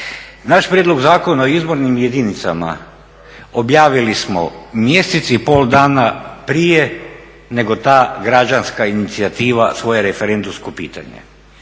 naš Prijedlog zakona o izbornim jedinicama objavili smo mjesec i pol dana prije nego ta građanska inicijativa svoje referendumsko pitanje.